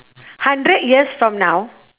hundred years from now